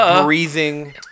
breathing